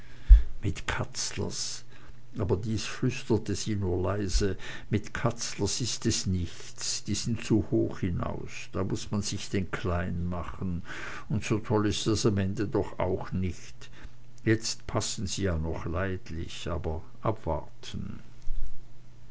mit katzlers aber dies flüsterte sie nur leise mit katzlers ist es nichts die sind zu hoch raus da muß man sich denn klein machen und so toll ist es am ende doch auch noch nicht jetzt passen sie ja noch leidlich aber abwarten